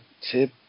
tip